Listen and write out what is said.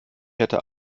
hätte